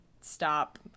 stop